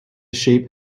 sheep